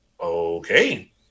Okay